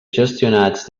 gestionats